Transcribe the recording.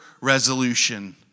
resolution